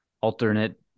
alternate